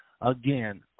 again